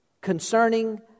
concerning